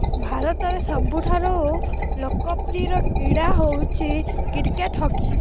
ଭାରତର ସବୁଠାରୁ ଲୋକପ୍ରିୟ କ୍ରୀଡ଼ା ହଉଛି କ୍ରିକେଟ୍ ହକି